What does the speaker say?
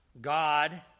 God